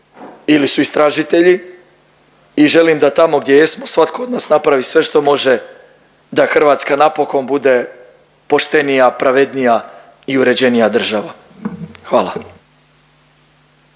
ili su istražitelji i želim da tamo gdje jesmo svatko od nas napravi sve što može da Hrvatska napokon bude poštenija, pravednija i uređenija država. Hvala.